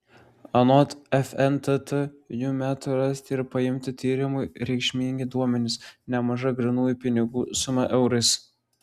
anot fntt jų metu rasti ir paimti tyrimui reikšmingi duomenys nemaža grynųjų pinigų suma eurais